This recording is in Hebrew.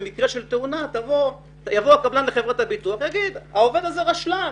במקרה של תאונה יבוא הקבלן לחברת הביטוח ויגיד: העובד הזה רשלן,